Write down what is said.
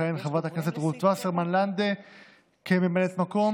תכהן חברת הכנסת רות ורסמן לנדה כממלאת מקום,